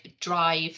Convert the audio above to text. drive